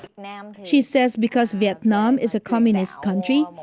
yeah um she says because vietnam is a communist country,